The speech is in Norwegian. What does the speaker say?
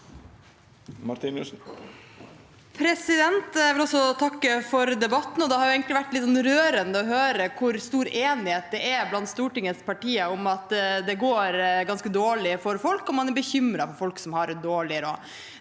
Martinussen (R) Jeg vil også takke for debatten. Det har egentlig vært litt rørende å høre hvor stor enighet det er blant Stortingets partier om at det går ganske dårlig for folk, og at man er bekymret for folk som har dårlig råd.